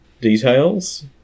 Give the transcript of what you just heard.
details